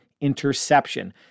interception